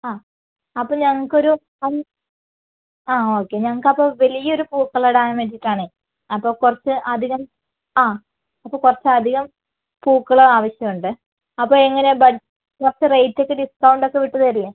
ആ അപ്പോൾ ഞങ്ങക്കൊരു അൻ ആ ഓക്കേ ഞങ്ങൾക്ക് അപ്പോൾ വലിയൊരു പൂക്കളം ഇടാൻ വേണ്ടിയിട്ടാണേ അപ്പോൾ കുറച്ച് അധികം ആ അപ്പോൾ കുറച്ചധികം പൂക്കളും ആവശ്യമുണ്ട് അപ്പോൾ എങ്ങനെയാണ് ബ കുറച്ച് റേറ്റൊക്കെ ഡിസ്കൗണ്ടോക്കെ വിട്ടുതരില്ലേ